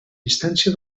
instància